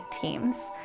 teams